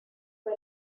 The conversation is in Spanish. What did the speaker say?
fue